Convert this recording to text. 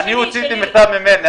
אני הוצאתי מכתב ממני,